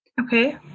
Okay